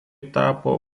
tapo